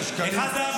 מה הוא עשה?